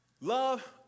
love